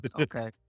Okay